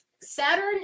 Saturn